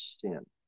sin